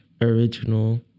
original